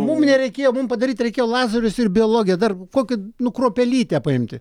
mum nereikėjo mums padaryti reikėjo lazerius ir biologiją dar kokią nu kruopelytę paimti